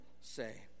say